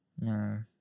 no